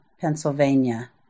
Pennsylvania